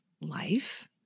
life